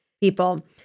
people